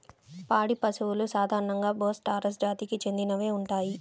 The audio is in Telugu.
పాడి పశువులు సాధారణంగా బోస్ టారస్ జాతికి చెందినవే ఉంటాయి